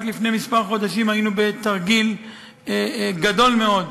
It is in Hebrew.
רק לפני כמה חודשים היינו בתרגיל גדול מאוד,